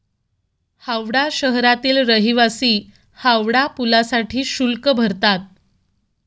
हावडा शहरातील रहिवासी हावडा पुलासाठी शुल्क भरतात